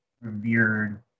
revered